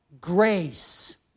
grace